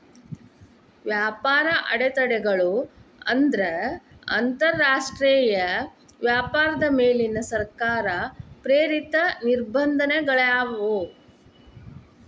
ವ್ಯಾಪಾರ ಅಡೆತಡೆಗಳು ಅಂದ್ರ ಅಂತರಾಷ್ಟ್ರೇಯ ವ್ಯಾಪಾರದ ಮೇಲಿನ ಸರ್ಕಾರ ಪ್ರೇರಿತ ನಿರ್ಬಂಧಗಳಾಗ್ಯಾವ